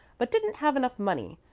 but didn't have enough money.